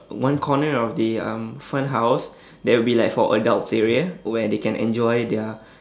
one corner of the um fun house there will be like for adults area where they can enjoy their